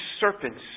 serpents